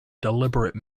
deliberate